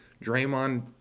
Draymond